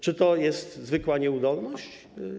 Czy to jest zwykła nieudolność?